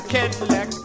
Cadillac